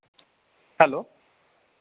hello